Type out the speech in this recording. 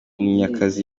munyakazi